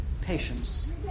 patience